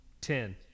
ten